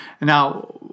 Now